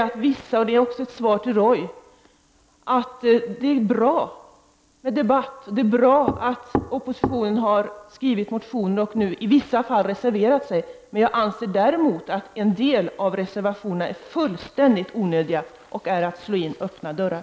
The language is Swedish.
Nu vänder jag mig även till Roy Ottosson. Det är bra med debatt, och det är bra att oppositionen har skrivit motionen och i vissa fall reserverat sig, men jag anser att en del av reservationerna är fullständigt onödiga och slår in öppna dörrar.